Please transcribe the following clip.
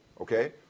okay